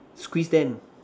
squeeze them